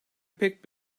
pek